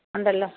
ഉണ്ടല്ലോ